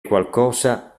qualcosa